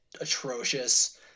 atrocious